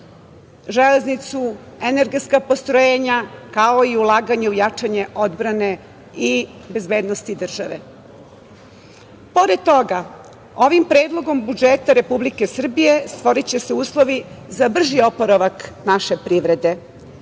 železnicu, energetska postrojenja, kao i ulaganje u jačanje odbrane i bezbednosti države. Pored toga, ovim Predlogom budžeta Republike Srbije stvoriće se uslovi za brži oporavak naše privrede